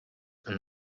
and